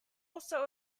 also